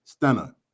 Stena